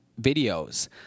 videos